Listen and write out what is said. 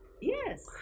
Yes